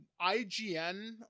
ign